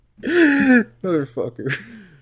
Motherfucker